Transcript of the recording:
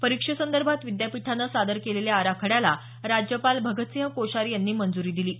परिक्षेसंदर्भात विद्यापीठानं सादर केलेल्या आराखड्याला राज्यपाल भगतसिंह कोश्यारी यांनी मंजुरी दिली आहे